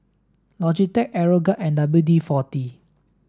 Logitech Aeroguard and W D forty